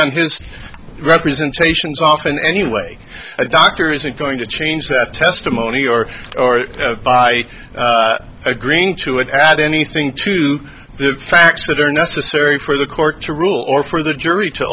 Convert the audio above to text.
on his representations often anyway a doctor isn't going to change that testimony or or by agreeing to it add anything to the facts that are necessary for the court to rule or for the jury to